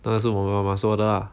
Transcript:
那是我妈妈说的啊